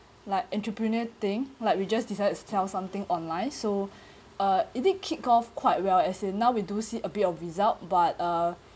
like entrepreneur thing like we just decided to sell something online so uh it did kick off quite well as in now we do see a bit of result but uh